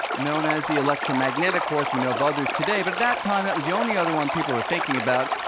known as the electromagnetic force we know of others today, but at that time that was the only other one people were thinking about.